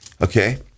okay